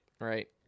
right